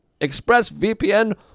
ExpressVPN